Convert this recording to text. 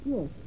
Yes